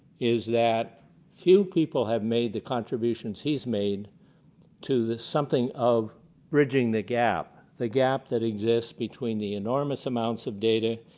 is that few people have made the contributions he has made to something of bridging the gap. the gap that exists between the enormous amounts of data